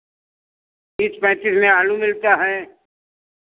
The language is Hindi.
तीस पैंतीस में आलू मिलता है